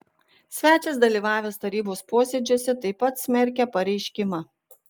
svečias dalyvavęs tarybos posėdžiuose taip pat smerkia pareiškimą